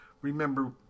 remember